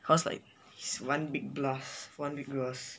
cause like is one big blast